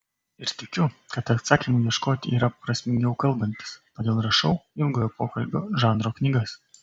ir tikiu kad atsakymų ieškoti yra prasmingiau kalbantis todėl rašau ilgojo pokalbio žanro knygas